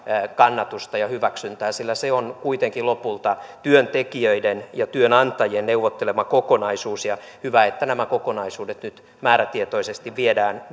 kannatusta ja hyväksyntää sillä se on kuitenkin lopulta työntekijöiden ja työnantajien neuvottelema kokonaisuus ja hyvä että nämä kokonaisuudet nyt määrätietoisesti viedään